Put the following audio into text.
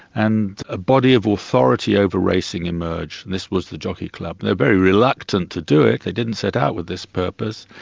and a body of authority over racing emerged. this was the jockey club. they were very reluctant to do it, they didn't set out with this purpose,